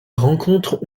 rencontres